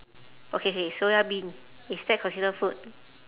okay K soya bean is that considered food